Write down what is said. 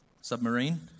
submarine